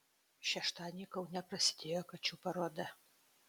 šeštadienį kaune prasidėjo kačių paroda